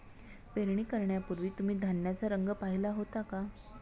पेरणी करण्यापूर्वी तुम्ही धान्याचा रंग पाहीला होता का?